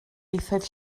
ieithoedd